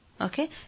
Okay